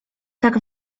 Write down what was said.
tak